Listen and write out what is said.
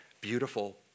beautiful